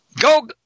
Go